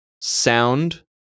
sound